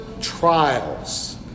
trials